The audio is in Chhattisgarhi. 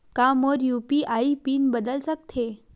का मोर यू.पी.आई पिन बदल सकथे?